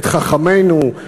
את חכמינו,